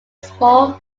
small